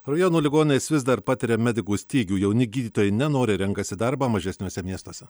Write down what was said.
rajono ligoninės vis dar patiria medikų stygių jauni gydytojai nenoriai renkasi darbą mažesniuose miestuose